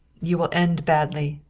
you will end badly.